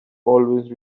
always